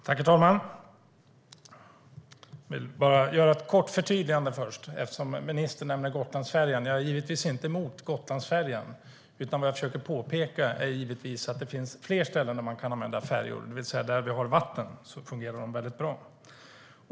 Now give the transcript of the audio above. Herr talman! Jag vill först göra ett kort förtydligande, eftersom ministern nämnde Gotlandsfärjan. Jag är givetvis inte mot Gotlandsfärjan. Vad jag försöker påpeka är naturligtvis att det finns fler ställen där man kan använda färjor, det vill säga där vi har vatten. Där fungerar de väldigt bra.